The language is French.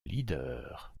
leader